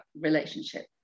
relationship